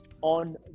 on